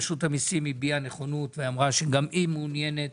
רשות המיסים הביעה נכונות ואמרה שגם היא מעוניינת